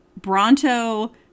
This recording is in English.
Bronto